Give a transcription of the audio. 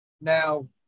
Now